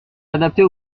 adaptée